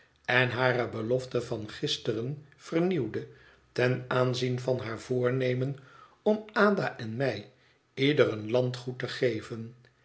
en hare belofte van gisteren vernieuwde ten aanzien van haar voornemen om ada en mij ieder een landgoed te geven